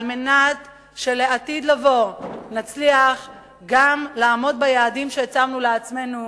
על מנת שלעתיד לבוא נצליח גם לעמוד ביעדים שהצבנו לעצמנו